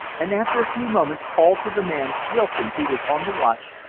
and after a few moments called to the man wilson who was on the watch,